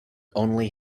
only